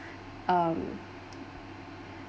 um